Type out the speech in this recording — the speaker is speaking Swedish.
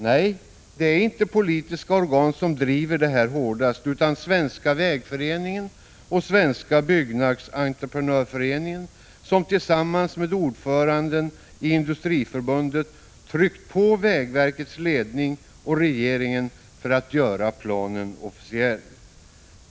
Nej, det är inte politiska organ som hårdast driver det här, utan det är Svenska vägföreningen och Svenska byggnadsentreprenörföreningen som tillsammans med ordföranden i Industriförbundet tryckt på vägverkets ledning och regeringen för att göra planen officiell.